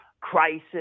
crisis